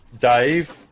Dave